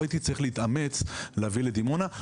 לא הייתי צריך להתאמץ להביא לדימונה.